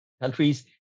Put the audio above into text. countries